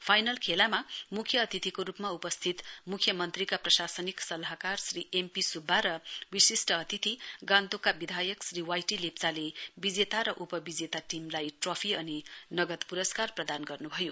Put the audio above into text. final खेलमा मुख्य अतिथिको रुपमा उपस्थित मुख्य मन्त्रीका प्रशासनिक सल्लाहकार श्री एम पी सुब्बा र विशिष्ट अतिथि गान्तोकका विधायक श्री वाई टी लेप्चाले विजेता र उपविजेता टीमलाई ट्रफी अनि नगद पुरस्कार प्रदान गर्नुभयो